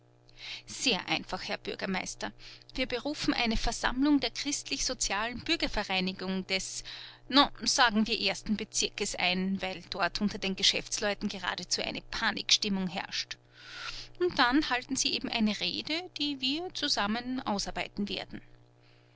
sehr einfach herr bürgermeister wir berufen eine versammlung der christlichsozialen bürgervereinigung des na sagen wir ersten bezirkes ein weil dort unter den geschäftsleuten geradezu eine panikstimmung herrscht und dann halten sie eben eine rede die wir zusammen ausarbeiten werden